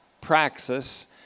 praxis